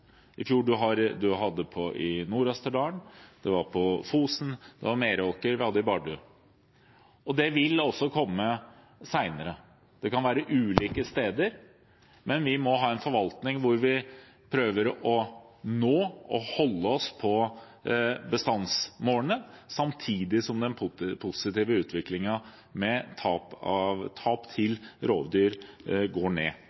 I fjor hadde man det i Nord-Østerdalen, Fosen, Meråker og Bardu. Det vil også skje senere. Det kan være ulike steder, men vi må ha en forvaltning der vi prøver å nå og holde oss på bestandsmålene samtidig som den positive utviklingen med tap